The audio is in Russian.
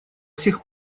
сих